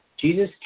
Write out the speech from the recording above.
Jesus